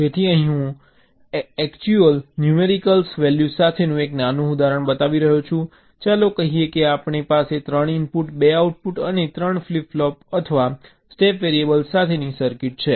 તેથી અહીં હું એક્ચુઅલ ન્યૂમેરિકલ વેલ્યૂઝ સાથેનું એક નાનું ઉદાહરણ બતાવી રહ્યો છું ચાલો કહીએ કે આપણી પાસે 3 ઇનપુટ 2 આઉટપુટ અને 3 ફ્લિપ ફ્લોપ અથવા સ્ટેટ વેરીએબલ્સ સાથેની સર્કિટ છે